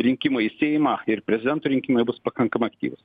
rinkimai į seimą ir prezidento rinkimai bus pakankamai aktyvūs